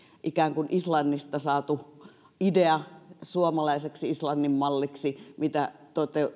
ikään kuin islannista saatu idea suomalaiseksi islannin malliksi mitä